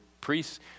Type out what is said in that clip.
priests